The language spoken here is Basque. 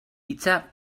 hitza